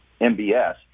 MBS